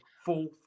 fourth